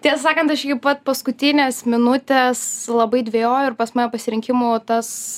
tiesą sakant aš iki pat paskutinės minutės labai dvejojau ir pas mane pasirinkimų tas